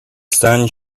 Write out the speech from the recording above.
sun